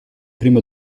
primo